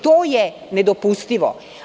To je nedopustivo.